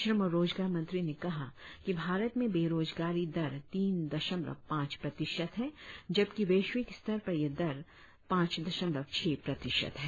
श्रम और रोजगार मंत्री ने कहा कि भारत में बेरोजगारी दर तीन दशमलव पांच प्रतिशत है जबकि वेश्विक स्तर पर यह दर पांच दशमलव छह प्रतिशत है